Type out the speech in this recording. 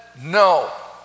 no